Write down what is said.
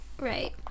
right